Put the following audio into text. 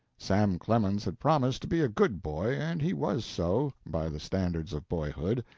sam clemens had promised to be a good boy, and he was so, by the standards of boyhood.